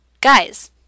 guys